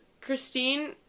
Christine